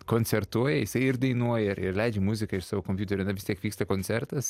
koncertuoja jisai ir dainuoja ir ir leidžia muziką iš savo kompiuterio na vis tiek vyksta koncertas